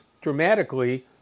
dramatically